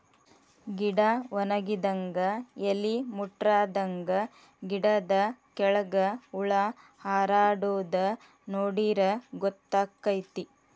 ಗಿಡಾ ವನಗಿದಂಗ ಎಲಿ ಮುಟ್ರಾದಂಗ ಗಿಡದ ಕೆಳ್ಗ ಹುಳಾ ಹಾರಾಡುದ ನೋಡಿರ ಗೊತ್ತಕೈತಿ